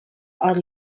are